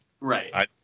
Right